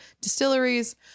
distilleries